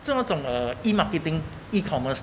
怎么种 uh E marketing E commerce